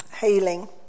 healing